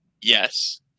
Yes